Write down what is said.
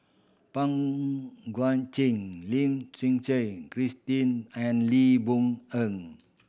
Pang Guek Cheng Lim Suchen Christine and Lee Boon En